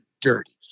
dirty